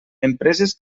empreses